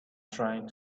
trying